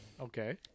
Okay